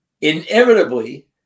inevitably